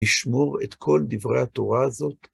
לשמור את כל דברי התורה הזאת.